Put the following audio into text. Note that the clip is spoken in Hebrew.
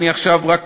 אני עכשיו רק,